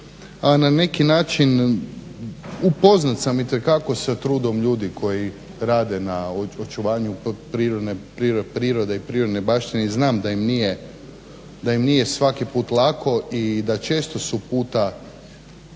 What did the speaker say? A na neki način upoznat sam itekako sa trudom ljudi koji rade na očuvanju prirode i prirodne baštine i znam da im nije svaki put lako i da često su puta